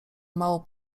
mało